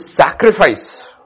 sacrifice